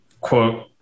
quote